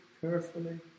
carefully